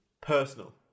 Personal